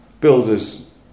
builder's